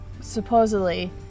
supposedly